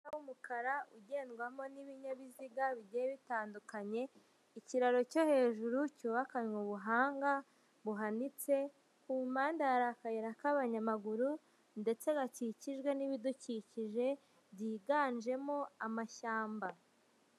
W'umukara ugendwamo n'ibinyabiziga bigiye bitandukanye, ikiraro cyo hejuru cyubakanywe ubuhanga buhanitse, ku mpande hari akayira k'abanyamaguru, ndetse gakikijwe n'ibidukikije byiganjemo amashyamba.